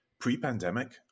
pre-pandemic